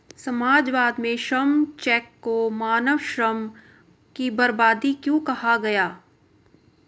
समाजवाद में श्रम चेक को मानव श्रम की बर्बादी क्यों कहा गया?